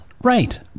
Right